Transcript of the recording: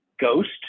ghost